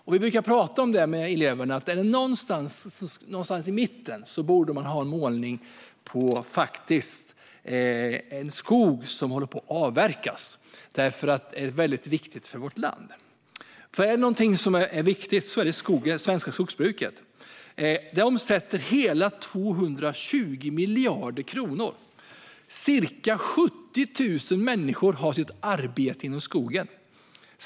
Jag brukar prata med eleverna om att det någonstans i mitten borde finnas en målning av skog som håller på att avverkas. Det är nämligen viktigt för vårt land. Det svenska skogsbruket om något är viktigt. Det omsätter hela 220 miljarder kronor, och ca 70 000 människor har sitt arbete inom skogen.